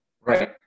Right